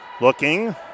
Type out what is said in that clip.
Looking